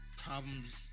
problems